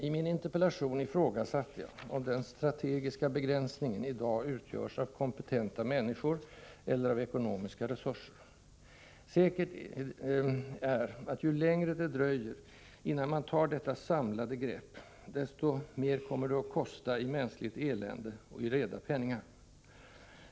I min interpellation ifrågasatte jag om den ”strategiska” begränsningen i dag utgörs av brist på kompetenta människor eller på ekonomiska resurser. Säkert är att ju längre det dröjer innan man tar detta samlade grepp, desto mer kommer det att kosta i mänskligt elände och i reda penningar.